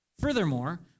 Furthermore